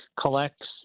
collects